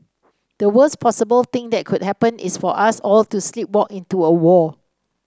the worst possible thing that could happen is for us all to sleepwalk into a war